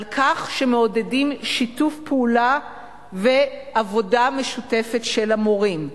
על כך שמעודדים שיתוף פעולה ועבודה משותפת של המורים.